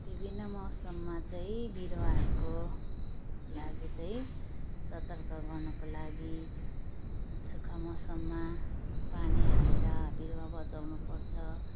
विभिन्न मौसममा चाहिँ बिरुवाहरूको लागि चाहिँ सतर्क गर्नुको लागि सुक्खा मौसममा पानी हालेर बिरुवा बचाउँनु पर्छ